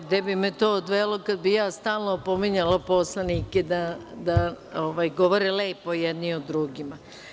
Gde bi me to odvelo kad bih ja stalno opominjala poslanike da govore lepo jedni o drugima?